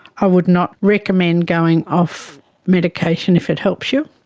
i would not recommend going off medication if it helps you.